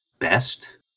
best